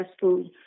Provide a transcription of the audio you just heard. food